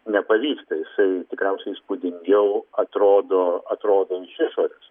nepavyksta jisai tikriausiai įspūdingiau atrodo atrodo iš išorės